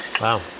Wow